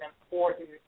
important